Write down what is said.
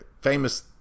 Famous